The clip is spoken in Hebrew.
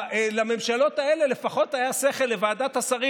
לממשלות האלה לפחות היה שכל להגיד לוועדת השרים: